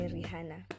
Rihanna